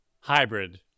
hybrid